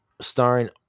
starring